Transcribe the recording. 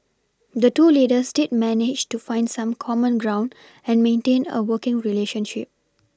the two leaders did manage to find some common ground and maintain a working relationship